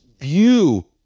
view